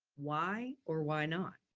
why or why not?